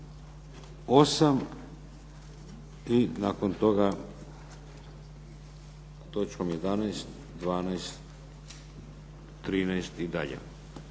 8. i nakon toga točkom 11., 12., 13. i dalje.